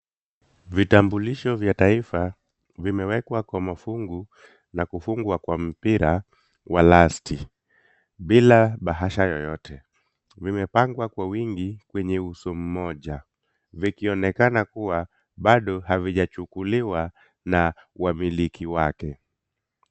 Vitambulisho vya taifa, vimewekwa kwa mafungu na kufungwa kwa mpira wa lasti, bila bahasha yoyote. Vimepangwa kwa wingi kwenye uso mmoja, vikionekana kuwa bado havijachukuliwa na wamiliki wake.